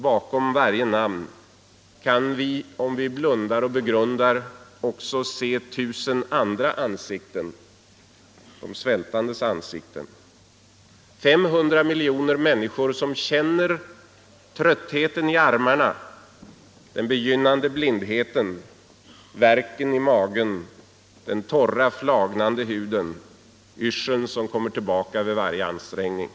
Bakom varje namn kan vi, om vi blundar och begrundar, också se tusen andra ansikten — de svältandes ansikten. Det är 500 miljoner människor som känner tröttheten i armarna, den begynnande blindheten, värken i magen, den torra, flagnande huden, yrseln som kommer tillbaka vid varje ansträngning.